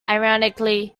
ironically